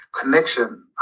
connection